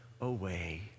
away